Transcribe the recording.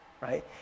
right